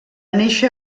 néixer